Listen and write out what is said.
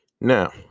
Now